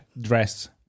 dress